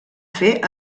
fer